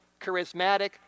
charismatic